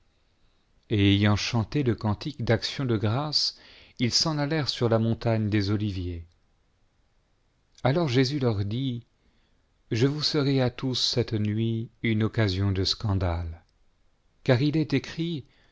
et ayant chanté le cantique d'actions de grâces ils s'en allèrent sur la montagne des oliviers alors jésus leur dit je vous serai à tous cette nuit une occasion de scandale car il est écrit